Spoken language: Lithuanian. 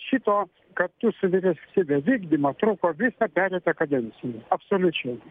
šito kartu su vyriausybe vykdymo truko visą pereitą kadenciją absoliučiai